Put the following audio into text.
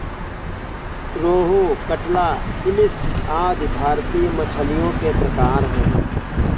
रोहू, कटला, इलिस आदि भारतीय मछलियों के प्रकार है